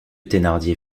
thénardier